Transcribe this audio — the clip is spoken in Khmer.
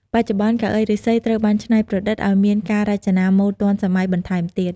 បច្ចុប្បន្ន កៅអីឫស្សីត្រូវបានច្នៃប្រឌិតអោយមានការរចនាម៉ូដទាន់សម័យបន្ថែមទៀត។